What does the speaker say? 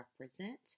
represent